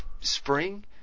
spring